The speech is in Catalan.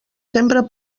sembra